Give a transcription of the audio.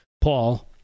Paul